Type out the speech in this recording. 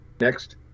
next